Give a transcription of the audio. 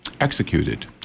executed